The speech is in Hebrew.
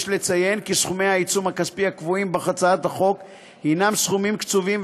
יש לציין כי סכומי העיצום הכספי הקבועים בהצעת החוק הינם סכומים קצובים,